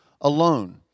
alone